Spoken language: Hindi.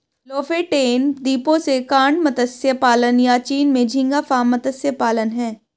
लोफोटेन द्वीपों से कॉड मत्स्य पालन, या चीन में झींगा फार्म मत्स्य पालन हैं